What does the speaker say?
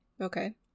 Okay